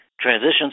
Transitions